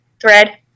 thread